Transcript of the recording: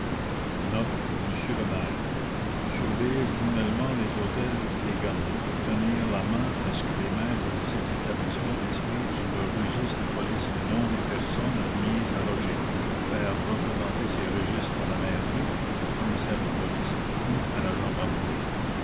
note pour m le maire surveiller journellement les hôtels et les garnis tenir la main à ce que les maîtres de ces établissements inscrivent sur leurs registres de police le nom des personnes admises à loger faire représenter ces registres à la mairie au commissaire de police ou à la gendarmerie